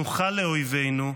נוכל לאויבינו,